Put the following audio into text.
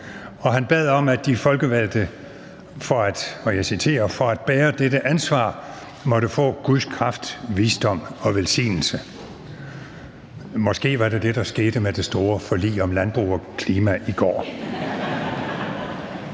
og han bad om, at de folkevalgte for at bære dette ansvar måtte få »Guds kraft, visdom og velsignelse«. Måske var det også det, der skete med det store forlig om landbrug og klima i går.